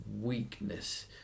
weakness